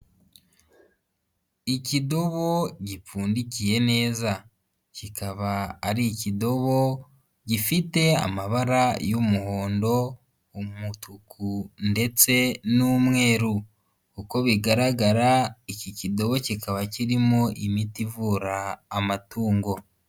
Ikidobo gipfundikiye neza, kikaba ari ikidobo gifite amabara y'umuhondo, umutuku ndetse n'umweru, uko bigaragara iki kidobo kikaba kirimo imiti ivura amatungo.